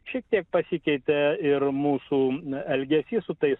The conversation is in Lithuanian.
šiek tiek pasikeitė ir mūsų elgesys su tais